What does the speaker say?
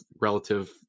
relative